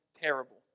terrible